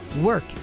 work